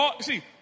See